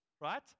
right